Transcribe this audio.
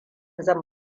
zan